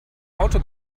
auto